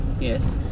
Yes